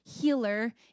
healer